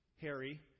Harry